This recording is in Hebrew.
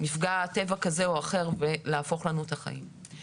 מפגע טבע כזה או אחר ולהפוך לנו את החיים.